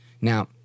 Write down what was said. Now